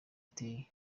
iteye